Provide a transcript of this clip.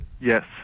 Yes